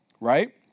right